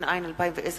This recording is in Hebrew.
התש"ע 2010,